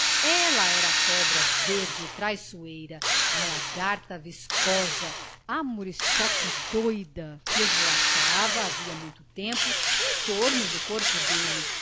ela era a cobra verde e traiçoeira a lagarta viscosa a muriçoca doida que esvoaçava havia muito tempo em torno do corpo dele